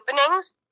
openings